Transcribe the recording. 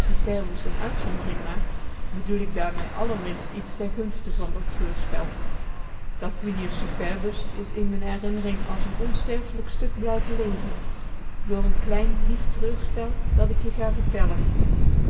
superus n uitzondering maak bedoel k daarmee allerminst iets ten gunste van dat treurspel tarquinius superbus is in m'n herinnering als n onsterfelijk stuk blijven leven door n klein lief treurspel dat ik je ga vertellen